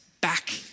back